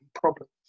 problems